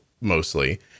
mostly